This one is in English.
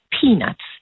peanuts